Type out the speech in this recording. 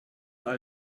all